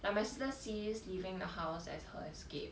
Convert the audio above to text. like my sister sees leaving the house as her escape